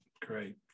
great